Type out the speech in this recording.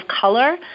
color